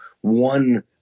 one